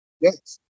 Yes